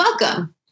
welcome